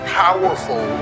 powerful